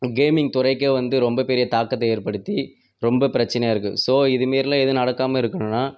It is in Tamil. கேமிங் துறைக்கு வந்து ரொம்ப பெரிய தாக்கத்தை ஏற்படுத்தி ரொம்ப பிரச்சனையாக இருக்கு ஸோ இதுமாரில்லாம் எதுவும் நடக்காமல் இருக்கணும்னா